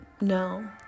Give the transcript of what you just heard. No